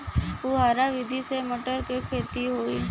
फुहरा विधि से मटर के खेती होई